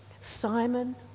Simon